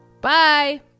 Bye